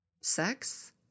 sex